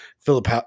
Philip